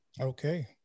Okay